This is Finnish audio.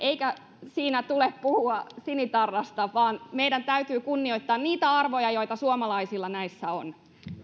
eikä siinä tule puhua sinitarrasta vaan meidän täytyy kunnioittaa niitä arvoja joita suomalaisilla näissä on